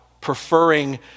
preferring